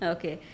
Okay